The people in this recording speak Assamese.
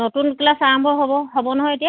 এই বাইদেউ আৰু কিবা লাগিব নেকি আপোনাক বেলেগ